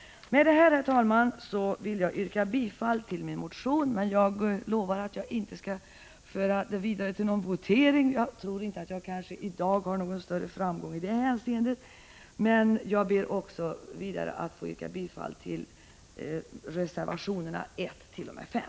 Med detta, herr talman, vill jag yrka bifall till min motion, men jag lovar att inte föra yrkandet vidare till någon votering. Jag tror inte att jag i dag skulle ha någon större framgång i det hänseendet. Vidare ber jag att få yrka bifall till reservationerna 1-5.